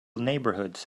neighborhoods